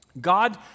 God